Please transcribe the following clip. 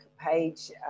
page